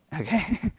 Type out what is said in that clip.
Okay